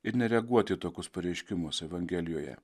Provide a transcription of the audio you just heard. ir nereaguoti į tokius pareiškimus evangelijoje